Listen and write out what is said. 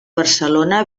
barcelona